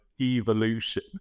evolution